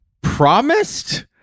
promised